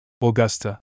Augusta